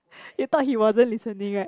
you thought he wasn't listening right